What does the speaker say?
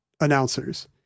announcers